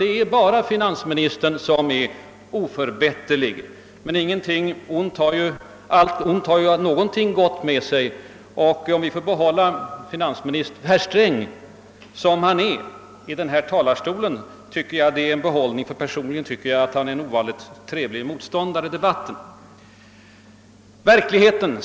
Det är bara finansministern som är oförbätterlig. Men allt ont har ju något gott med sig. Om vi får behålla herr Sträng som den oförbätterlige han säger sig vara här i kammaren är det en tillgång. Personligen anser jag nämligen att han är en ovanligt trevlig motståndare i debatten.